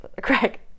Craig